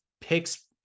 picks